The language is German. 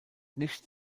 nicht